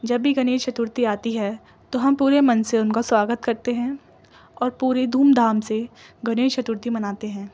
جب بھی گنیش چترتھی آتی ہے تو ہم پورے من سے ان کا سواگت کرتے ہیں اور پورے دھوم دھام سے گنیش چترتھی مناتے ہیں